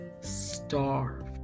starved